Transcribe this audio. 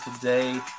today